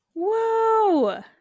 whoa